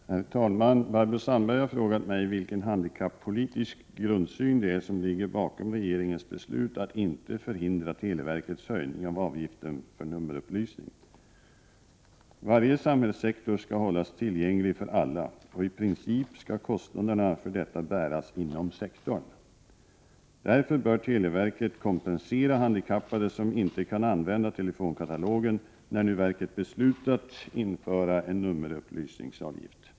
Herr talman! Barbro Sandberg har frågat mig vilken handikappolitisk grundsyn som ligger bakom regeringens beslut att inte förhindra televerkets höjning av avgiften för nummerupplysning. Varje samhällssektor skall hållas tillgänglig för alla och i princip skall kostnaderna för detta bäras inom sektorn. Därför bör televerket kompensera handikappade som inte kan använda telefonkatalogen när nu verket beslutat införa en nummerupplysningsavgift.